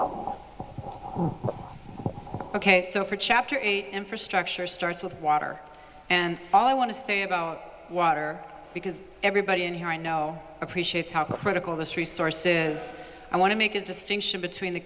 ok so for chapter eight infrastructure starts with water and all i want to say about water because everybody in here i know appreciates how critical this resource is i want to make a distinction between the